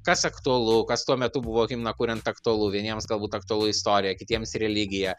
kas aktualu kas tuo metu buvo himną kuriant aktualu vieniems galbūt aktualu istorija kitiems religija